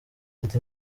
ati